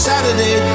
Saturday